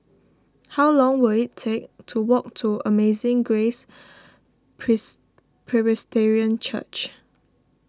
how long will it take to walk to Amazing Grace Pres Presbyterian Church